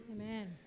Amen